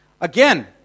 Again